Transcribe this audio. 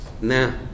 Now